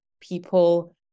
people